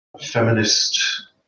feminist